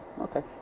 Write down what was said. okay